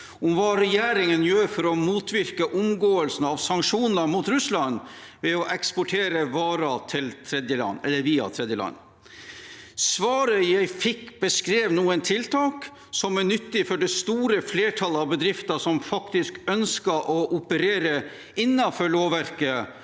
om hva regjeringen gjør for å motvirke omgåelsen av sanksjoner mot Russland ved å eksportere varer via tredjeland. Svaret jeg fikk, beskrev noen tiltak som er nyttige for det store flertallet av bedrifter som faktisk ønsker å operere innenfor lovverket